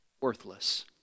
Worthless